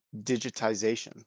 digitization